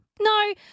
No